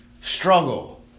struggle